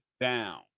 down